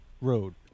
Road